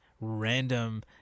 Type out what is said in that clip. random